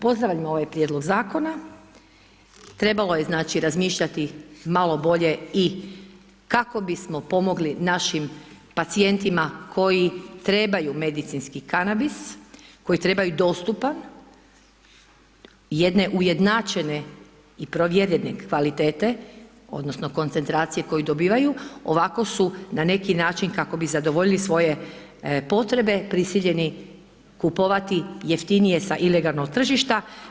Pozdravljamo ovaj prijedlog zakona, trebalo je znači razmišljati malo bolje i kako bismo pomogli našim pacijentima koji trebaju medicinski kanabis, koji treba i dostupan jedne ujednačene i provjerene kvalitete odnosno koncetracije koju dobivaju, ovako su na neki način kako bi zadovoljili svoje potrebe prisiljeni kupovati jeftinije sa ilegalnog tržišta.